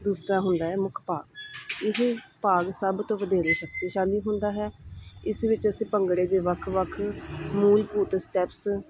ਦੂਸਰਾ ਹੁੰਦਾ ਹੈ ਮੁੱਖ ਭਾਗ ਇਹ ਭਾਗ ਸਭ ਤੋਂ ਵਧੇਰੇ ਸ਼ਕਤੀਸ਼ਾਲੀ ਹੁੰਦਾ ਹੈ ਇਸ ਵਿੱਚ ਅਸੀਂ ਭੰਗੜੇ ਦੇ ਵੱਖ ਵੱਖ ਮੂਲ ਸਟੈਪਸ